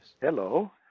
Hello